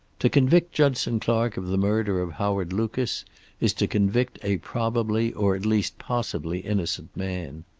to convict judson clark of the murder of howard lucas is to convict a probably or at least possibly innocent man.